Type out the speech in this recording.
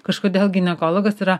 kažkodėl ginekologas yra